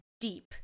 deep